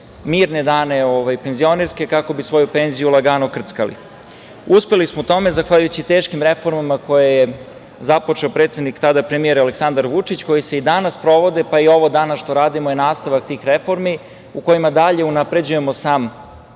mirne penzionerske dane kako bi svoju penziju lagano krckali. Uspeli smo u tome zahvaljujući teškim reformama koje je započeo predsednik, tada premijer Aleksandar Vučić, koje se i danas sprovode, pa i ovo danas što radimo je nastavak tih reformi, u kojima dalje unapređujemo sam